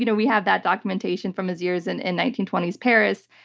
you know we have that documentation from his years and in nineteen twenty s paris,